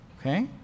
Okay